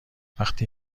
وقتی